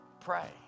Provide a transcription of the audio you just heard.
Pray